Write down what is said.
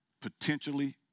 potentially